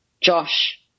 Josh